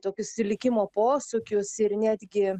tokius likimo posūkius ir netgi